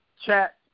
chat